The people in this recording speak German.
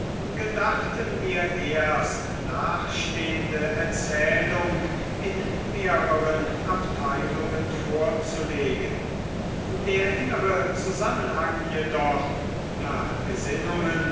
gedachten wir erst nachstehende erzählung in mehreren abteilungen vorzulegen der innere zusammenhang jedoch nach gesinnungen